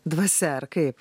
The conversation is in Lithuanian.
dvasia ar kaip